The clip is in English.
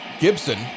Gibson